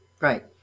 Right